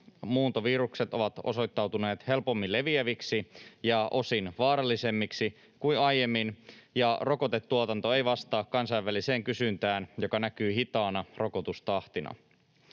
muuntovirukset ovat osoittautuneet helpommin leviäviksi ja osin vaarallisemmiksi kuin aiemmin, ja rokotetuotanto ei vastaa kansainväliseen kysyntään, mikä näkyy hitaana rokotustahtina.